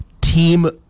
team